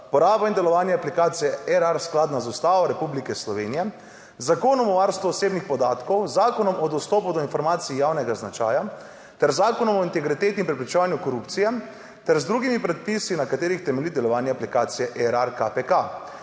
poraba in delovanje aplikacije Erar skladna z Ustavo Republike Slovenije, z Zakonom o varstvu osebnih podatkov, z Zakonom o dostopu do informacij javnega značaja ter Zakonom o integriteti in preprečevanju korupcije, ter z drugimi predpisi, na katerih temelji delovanje aplikacije Erar KPK.